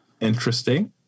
Interesting